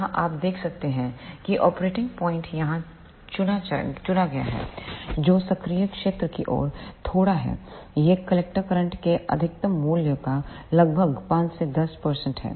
यहां आप देख सकते हैं कि ऑपरेटिंग बिंदु यहां चुना गया है जो सक्रिय क्षेत्र की ओर थोड़ा है यह कलेक्टर करंट के अधिकतम मूल्य का लगभग 5 से 10 है